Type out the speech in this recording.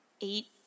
eight